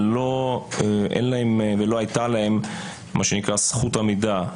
אבל אין להם ולא הייתה להם זכות עמידה.